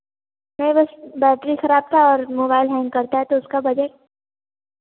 नहीं बस बैटरी खराब था और मोबाइल हैंग करता है तो उसका बजट